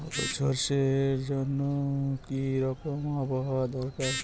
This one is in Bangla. হলুদ সরষে জন্য কি রকম আবহাওয়ার দরকার?